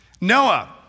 Noah